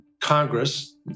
Congress